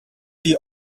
the